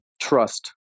trust